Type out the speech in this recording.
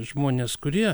žmones kurie